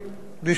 בלי שום ספק,